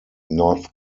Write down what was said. north